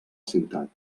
ciutat